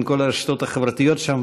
עם כל הרשתות החברתיות שם,